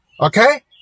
Okay